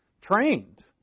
Trained